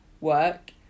work